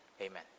Amen